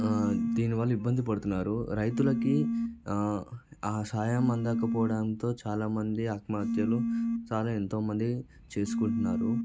దీనివల్ల ఇబ్బంది పడుతున్నారు రైతులకి ఆ సహాయం అందక పోవడంతో చాలా మంది ఆత్మహత్యలు చాలా ఎంతో మంది చేసుకుంటున్నారు